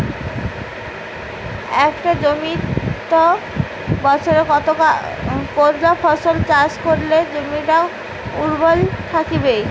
একটা জমিত বছরে কতলা ফসল চাষ করিলে জমিটা উর্বর থাকিবে?